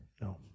no